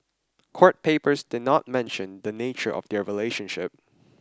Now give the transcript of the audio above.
court papers did not mention the nature of their relationship